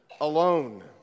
alone